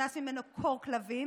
"נכנס ממנו קור כלבים,